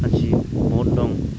आजि बहद दं